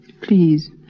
Please